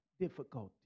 difficulty